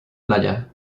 playa